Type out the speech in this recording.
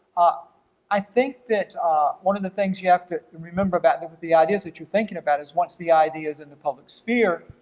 ah i think that one of the things you have to remember about the ideas that you're thinking about is once the idea's in the public sphere,